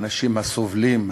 האנשים הסובלים,